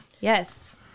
yes